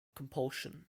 compulsion